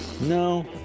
No